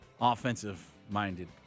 offensive-minded